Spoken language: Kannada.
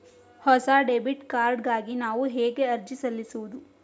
ಹೊಸ ಡೆಬಿಟ್ ಕಾರ್ಡ್ ಗಾಗಿ ನಾನು ಹೇಗೆ ಅರ್ಜಿ ಸಲ್ಲಿಸುವುದು?